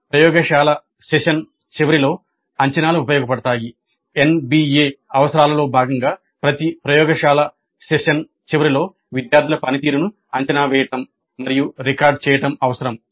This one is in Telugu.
"ప్రయోగశాల సెషన్ చివరిలో అంచనాలు ఉపయోగపడతాయి" NBA అవసరాలలో భాగంగా ప్రతి ప్రయోగశాల సెషన్ చివరిలో విద్యార్థుల పనితీరును అంచనా వేయడం మరియు రికార్డ్ చేయడం అవసరం